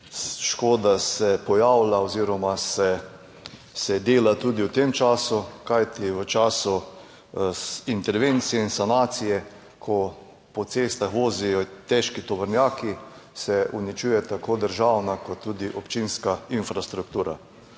škoda se pojavlja oziroma se dela tudi v tem času, kajti v času intervencije in sanacije, ko po cestah vozijo težki tovornjaki, se uničujeta tako državna kot tudi občinska infrastruktura.